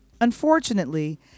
Unfortunately